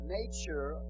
nature